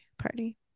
Party